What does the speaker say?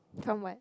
perm what